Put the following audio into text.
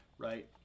right